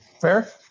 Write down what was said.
Fair